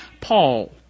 Paul